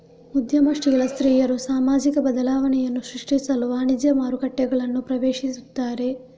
ಉದ್ಯಮಶೀಲ ಸ್ತ್ರೀಯರು ಸಾಮಾಜಿಕ ಬದಲಾವಣೆಯನ್ನು ಸೃಷ್ಟಿಸಲು ವಾಣಿಜ್ಯ ಮಾರುಕಟ್ಟೆಗಳನ್ನು ಪ್ರವೇಶಿಸುತ್ತಾರೆ